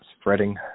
Spreading